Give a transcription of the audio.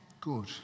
Good